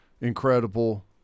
Incredible